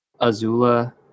Azula